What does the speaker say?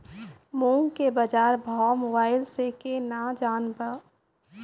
मूंग के बाजार भाव मोबाइल से के ना जान ब?